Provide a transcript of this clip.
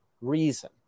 reason